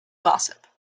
gossip